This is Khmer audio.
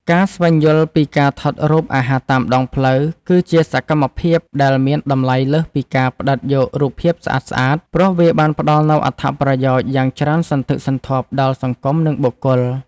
ការស្វែងយល់ពីការថតរូបអាហារតាមដងផ្លូវ គឺជាសកម្មភាពដែលមានតម្លៃលើសពីការផ្ដិតយករូបភាពស្អាតៗ ព្រោះវាបានផ្ដល់នូវអត្ថប្រយោជន៍យ៉ាងច្រើនសន្ធឹកសន្ធាប់ដល់សង្គម និងបុគ្គល។